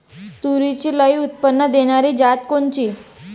तूरीची लई उत्पन्न देणारी जात कोनची?